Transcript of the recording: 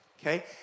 okay